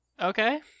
Okay